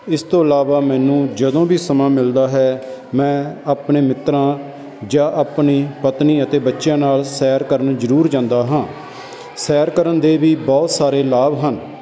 ਇਸ ਤੋਂ ਇਲਾਵਾ ਮੈਨੂੰ ਜਦੋਂ ਵੀ ਸਮਾਂ ਮਿਲਦਾ ਹੈ ਮੈਂ ਆਪਣੇ ਮਿੱਤਰਾਂ ਜਾਂ ਆਪਣੀ ਪਤਨੀ ਅਤੇ ਬੱਚਿਆਂ ਨਾਲ ਸੈਰ ਕਰਨ ਜ਼ਰੂਰ ਜਾਂਦਾ ਹਾਂ ਸੈਰ ਕਰਨ ਦੇ ਵੀ ਬਹੁਤ ਸਾਰੇ ਲਾਭ ਹਨ